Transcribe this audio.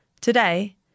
Today